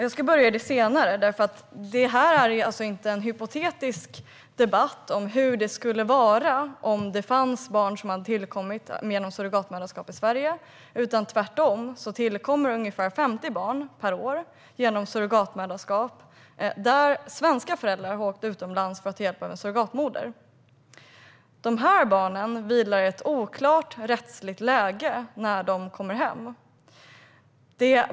Jag ska börja med det senare skälet, för detta är inte någon hypotetisk debatt om hur det skulle vara om det fanns barn i Sverige som hade tillkommit genom surrogatmoderskap. Tvärtom tillkommer ungefär 50 barn per år genom surrogatmoderskap där svenska föräldrar har åkt utomlands för att ta hjälp av en surrogatmoder. Dessa barn vilar i ett oklart rättsligt läge när de kommer hem.